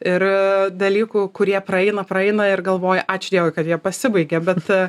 ir dalykų kurie praeina praeina ir galvoji ačiū dievui kad jie pasibaigė bet